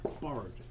borrowed